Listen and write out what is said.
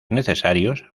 necesarios